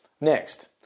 Next